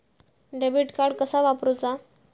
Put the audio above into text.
Debit card कसा वापरुचा?